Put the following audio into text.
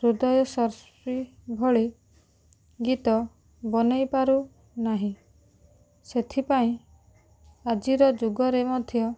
ହୃଦୟସ୍ପର୍ଶୀ ଭଳି ଗୀତ ବନାଇ ପାରୁନାହିଁ ସେଥିପାଇଁ ଆଜିର ଯୁଗରେ ମଧ୍ୟ